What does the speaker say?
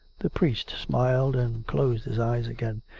the priest smiled and closed his eyes again.